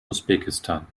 usbekistan